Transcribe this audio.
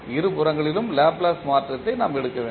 இருபுறங்களிலும் Laplace மாற்றத்தை நாம் எடுக்க வேண்டும்